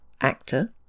actor